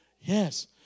Yes